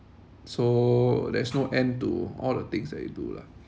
so there's no end to all the things that you do lah